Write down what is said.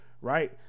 right